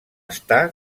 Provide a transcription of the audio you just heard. està